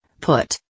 Put